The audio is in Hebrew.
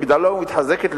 גדלה ומתחזקת.